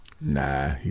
nah